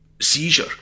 seizure